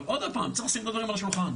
אבל צריך לשים דברים על השולחן,